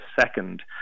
second